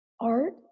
art